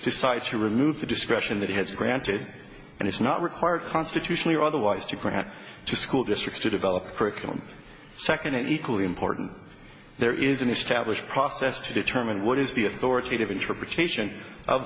decide to remove the discretion that has granted and it's not required constitutionally or otherwise to grant to school districts to develop curriculum second and equally important there is an established process to determine what is the authoritative interpretation